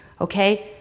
okay